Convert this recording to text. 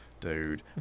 Dude